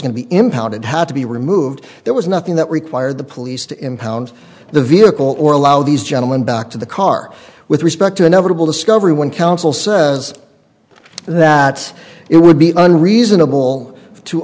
going to be impounded had to be removed there was nothing that required the police to impound the vehicle or allow these gentlemen back to the car with respect to inevitable discovery when counsel says that it would be unreasonable to